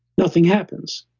nothing happens.